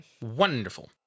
Wonderful